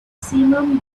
simum